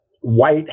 white